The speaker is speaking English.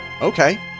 okay